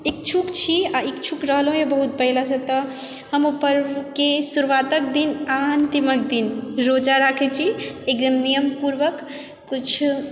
इच्छुक छी आ इच्छुक रहलहुँ यऽ बहुत पहिलेसँ तऽ हम ओ पर्वकेँ शुरुआतक दिन आ अन्तिमक दिन रोजा राखै छी एकदम नियम पूर्वक किछु